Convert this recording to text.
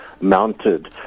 mounted